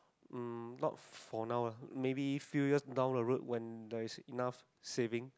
um not for now lah maybe few years down the road when there is enough savings